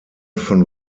von